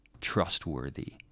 Trustworthy